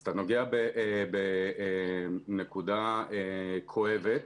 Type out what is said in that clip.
אתה נוגע בנקודה כואבת.